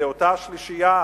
לאותה שלישייה